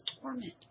torment